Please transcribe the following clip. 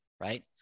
right